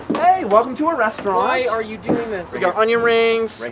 hey, welcome to our restaurant why are you doing this? we've got onion rings.